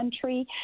country